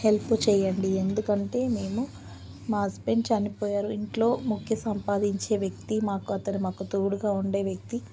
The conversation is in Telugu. హెల్ప్ చెయ్యండి ఎందుకంటే మేము మా హస్బెండ్ చనిపోయారు ఇంట్లో ముఖ్య సంపాదించే వ్యక్తి మాకు అతను మాకు తోడుగా ఉండే వ్యక్తి